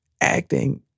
acting